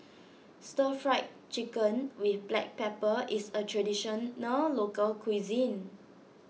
Stir Fried Chicken with Black Pepper is a Traditional Local Cuisine